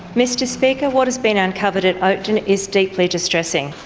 mr speaker, what has been uncovered at oakden is deeply distressing.